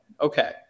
Okay